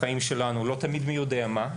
החיים שלנו לא תמיד מי יודע מה,